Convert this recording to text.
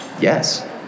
Yes